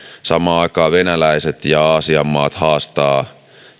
samaan aikaan venäläiset ja aasian maat haastavat